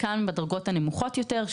חלקן בדרגות הנמוכות יותר,